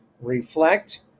Reflect